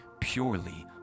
purely